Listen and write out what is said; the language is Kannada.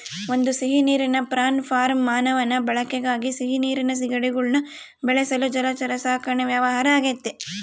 ಒಂದು ಸಿಹಿನೀರಿನ ಪ್ರಾನ್ ಫಾರ್ಮ್ ಮಾನವನ ಬಳಕೆಗಾಗಿ ಸಿಹಿನೀರಿನ ಸೀಗಡಿಗುಳ್ನ ಬೆಳೆಸಲು ಜಲಚರ ಸಾಕಣೆ ವ್ಯವಹಾರ ಆಗೆತೆ